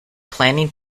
planning